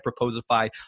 Proposify